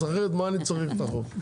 אז אחרת מה אני צריך את החוק?